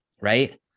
right